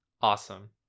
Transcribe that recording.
awesome